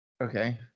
okay